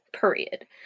period